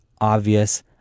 obvious